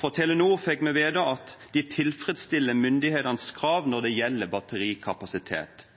Fra Telenor fikk vi vite at de tilfredsstiller myndighetenes krav når det